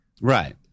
Right